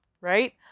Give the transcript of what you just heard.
right